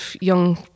young